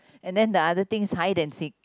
and then the other thing hide and seek